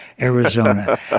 Arizona